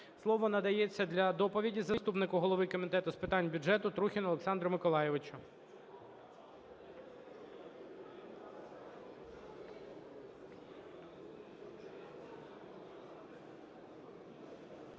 Слово надається для доповіді заступнику голови Комітету з питань бюджету Трухіну Олександру Миколайовичу.